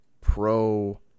pro